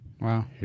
Wow